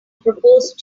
proposed